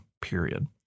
period